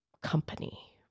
company